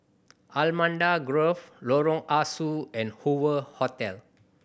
Allamanda Grove Lorong Ah Soo and Hoover Hotel